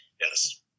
yes